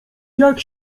jak